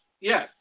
Yes